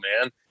man